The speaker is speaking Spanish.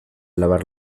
lavar